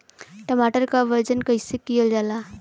टमाटर क वजन कईसे कईल जाला?